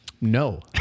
No